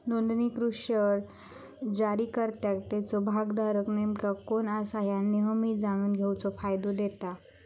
नोंदणीकृत शेअर्स जारीकर्त्याक त्याचो भागधारक नेमका कोण असा ह्या नेहमी जाणून घेण्याचो फायदा देता